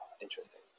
interesting